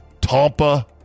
Tampa